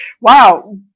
Wow